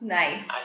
nice